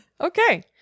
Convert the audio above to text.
Okay